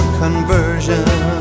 conversion